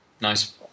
Nice